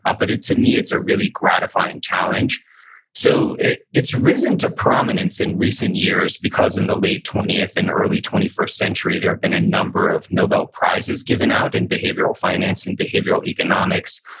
ah but, to me, it's a really gratifying challenge so it's risen to prominence in recent years because in the late twentieth and early twenty first century, there have been a number of nobel prizes given out in behavioral finance and behavioral economics.